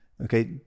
okay